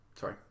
Sorry